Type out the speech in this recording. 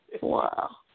Wow